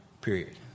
period